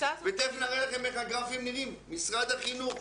ותיכף נראה לכם איך הגרפים נראים משרד החינוך,